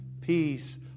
peace